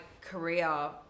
career